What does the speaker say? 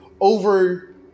over